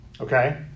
Okay